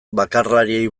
bakarlariei